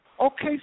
Okay